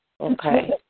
Okay